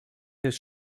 his